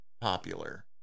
popular